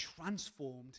transformed